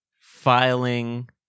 Filing